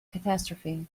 catastrophe